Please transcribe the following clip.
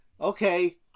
Okay